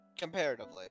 Comparatively